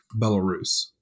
Belarus